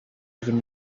even